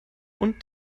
und